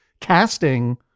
casting